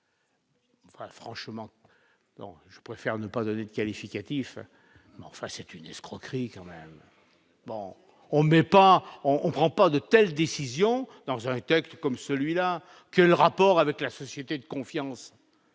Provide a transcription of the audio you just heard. Franchement, je préfère ne pas donner de qualificatifs, enfin c'est une escroquerie quand même bon on met pas on on prend pas de telles décisions dans un texte comme celui-là, quel rapport avec la société de confiance,